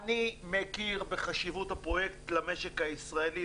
אני מכיר בחשיבות הפרויקט למשק הישראלי,